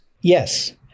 Yes